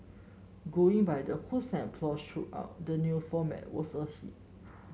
going by the hoots and applause throughout the new format was a hit